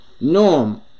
Norm